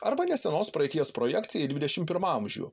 arba nesenos praeities projekcija į dvidešimt pirmą amžių